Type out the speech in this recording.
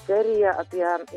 serija apie